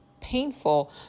painful